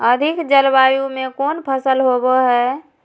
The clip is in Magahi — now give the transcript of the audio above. अधिक जलवायु में कौन फसल होबो है?